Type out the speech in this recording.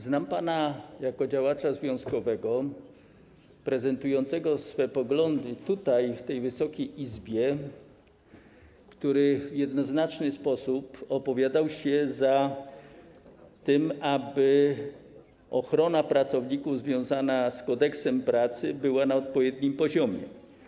Znam pana jako działacza związkowego prezentującego swe poglądy tutaj, w tej Wysokiej Izbie, który w jednoznaczny sposób opowiadał się za tym, aby ochrona pracowników wynikająca z Kodeksu pracy była na odpowiednim poziomie.